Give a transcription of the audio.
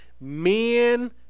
Men